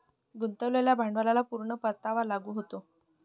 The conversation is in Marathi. गुंतवलेल्या भांडवलाला पूर्ण परतावा लागू होतो